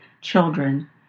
children